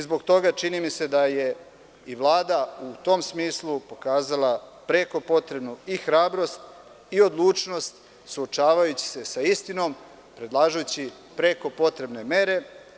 Zbog toga, čini mi se da je i Vlada u tom smislu pokazala preko potrebnu i hrabrost i odlučnost suočavajući se sa istinom, predlažući preko potrebne mere.